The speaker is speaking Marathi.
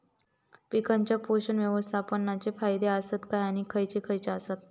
पीकांच्या पोषक व्यवस्थापन चे फायदे आसत काय आणि खैयचे खैयचे आसत?